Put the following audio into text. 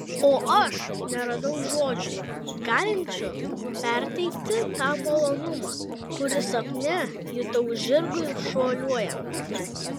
o aš neradau žodžių galinčių perteikti tą malonumą kurį sapne jutau žirgui šuoliuojant